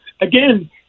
again